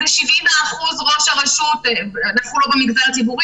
כך קורה במגזר הציבורי,